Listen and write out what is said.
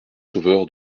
sauveur